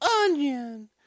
onion